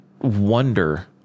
wonder